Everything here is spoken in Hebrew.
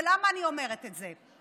למה אני אומרת את זה?